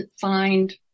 find